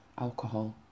alcohol